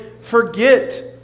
forget